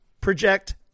project